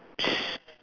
sh~